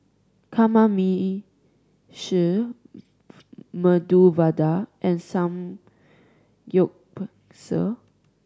Kamameshi Medu Vada and Samgyeopsal